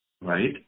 Right